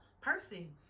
person